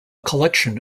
collection